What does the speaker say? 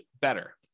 better